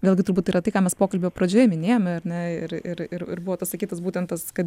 vėlgi turbūt tai yra tai ką mes pokalbio pradžioje minėjome ar ne ir ir ir ir buvo pasakytas būtent tas kad